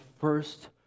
first